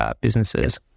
businesses